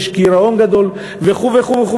יש גירעון במשק וכדומה.